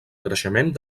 creixement